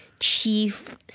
chief